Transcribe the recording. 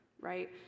Right